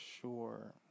sure